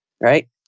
Right